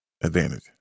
advantage